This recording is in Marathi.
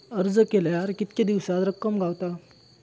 अर्ज केल्यार कीतके दिवसात रक्कम गावता?